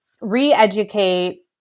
re-educate